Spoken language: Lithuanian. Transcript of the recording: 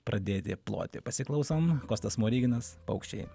pradėti ploti pasiklausom kostas smoriginas paukščiai